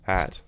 Hat